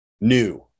new